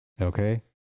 Okay